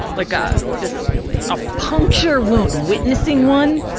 like a, just a puncture wound, witnessing one,